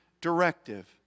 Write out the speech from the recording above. directive